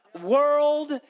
world